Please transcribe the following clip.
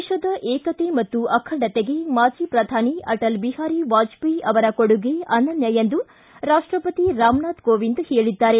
ದೇಶದ ಏಕತೆ ಮತ್ತು ಅಖಂಡತೆಗೆ ಮಾಜಿ ಶ್ರಧಾನಿ ಅಟಲ್ ಬಿಹಾರಿ ವಾಜಪೇಯಿ ಅವರ ಕೊಡುಗೆ ಅನನ್ಯ ಎಂದು ರಾಪ್ಟಪತಿ ರಾಮನಾಥ ಕೋವಿಂದ್ ಹೇಳಿದ್ದಾರೆ